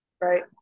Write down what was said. Right